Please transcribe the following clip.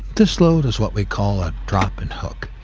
this load is what we call a drop and hook,